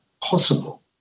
possible